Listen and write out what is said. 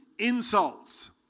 Insults